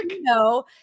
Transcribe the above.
No